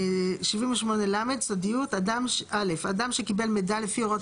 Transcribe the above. סודיות 78ל. (א) אדם שקיבל מידע לפי הוראות